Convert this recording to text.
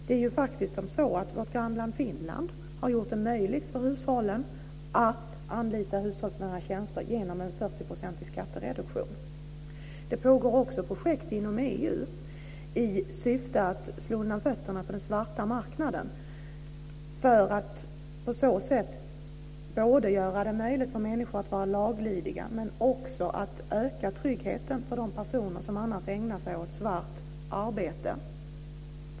Det är faktiskt så att vårt grannland Finland har gjort det möjligt för hushållen att anlita hushållsnära tjänster genom en 40-procentig skattereduktion. Det pågår också projekt inom EU i syfte att slå undan fötterna på den svarta marknaden för att på så sätt både göra det möjligt för människor att vara laglydiga och också öka tryggheten för de personer som annars ägnar sig åt svart arbete.